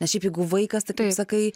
nes šiaip jeigu vaikas tai tu sakai